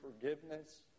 forgiveness